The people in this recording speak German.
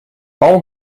bau